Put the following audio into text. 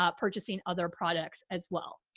ah purchasing other products as well.